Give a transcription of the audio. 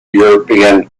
european